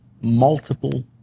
multiple